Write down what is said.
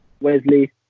Wesley